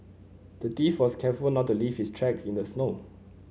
the thief was careful not to leave his tracks in the snow